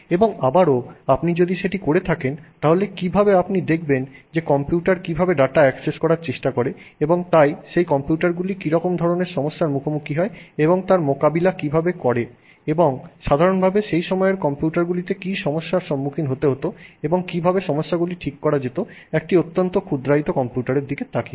এবং আবারো আপনি যদি সেটি করে থাকেন তাহলে কিভাবে আপনি দেখবেন যে কম্পিউটার কিভাবে ডাটা একসেস করার চেষ্টা করে এবং তাই সেই কম্পিউটার গুলি কিরকম ধরনের সমস্যার মুখোমুখি হয় এবং তার মোকাবিলা কিভাবে করে এবং সাধারণভাবে সেই সময়ের কম্পিউটার গুলিতে কি সমস্যার সম্মুখীন হতে হতো এবং কিভাবে সমস্যাগুলিকে ঠিক করা যেত একটি অত্যন্ত ক্ষুদ্রায়িত কম্পিউটারের দিকে তাকিয়ে